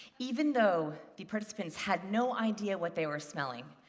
even though the participants had no idea what they were smelling,